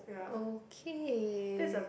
okay